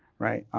right?